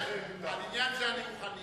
על עניין זה אני מוכן להתערב.